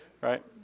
Right